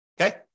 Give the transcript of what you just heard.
okay